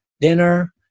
Dinner